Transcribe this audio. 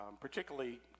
particularly